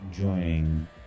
joining